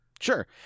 Sure